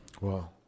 Wow